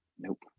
Nope